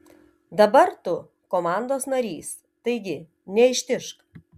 dabar tu komandos narys taigi neištižk